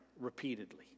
repeatedly